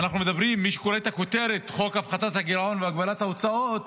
מי שקורא את הכותרת חוק הפחתת הגירעון והגבלת ההוצאות